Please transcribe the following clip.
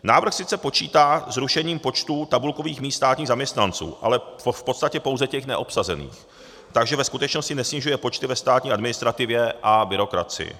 Návrh sice počítá s rušením počtů tabulkových míst státních zaměstnanců, ale v podstatě pouze těch neobsazených, takže ve skutečnosti nesnižuje počty ve státní administrativě a byrokracii.